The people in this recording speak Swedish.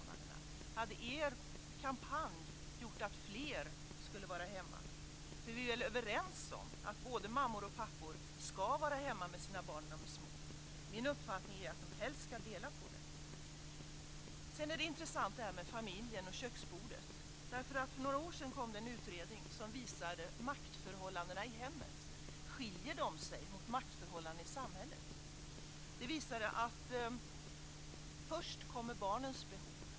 Hade er kampanj gjort att fler skulle vara hemma? För vi är väl överens om att både mammor och pappor ska vara hemma med sina barn när de är små? Min uppfattning är att de helst ska dela på tiden. Sedan är det intressant, det här med familjen och köksbordet. För några år sedan kom det en utredning som visade maktförhållandena i hemmet. Skiljer de sig mot maktförhållandena i samhället? Det visade sig att först kommer barnens behov i hemmet.